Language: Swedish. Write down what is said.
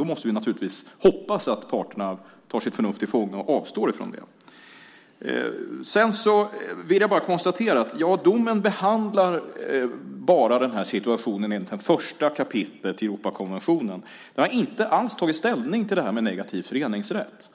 Då måste vi naturligtvis hoppas att parterna tar sitt förnuft till fånga och avstår från det. Jag vill bara konstatera att domen behandlar den här situationen bara enligt 1 kap. i Europakonventionen. Den har inte alls tagit ställning till det här med negativ föreningsrätt.